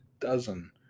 dozen